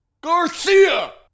Garcia